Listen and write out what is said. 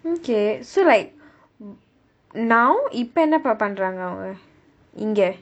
okay so like now இப்ப என்ன பண்றாங்க அவங்க இங்கே:ippa enna pandraanga avanga inga